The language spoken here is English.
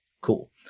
cool